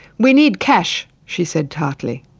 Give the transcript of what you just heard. we need cash she said tartly.